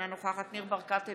אינה נוכחת ניר ברקת,